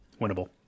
Winnable